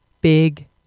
big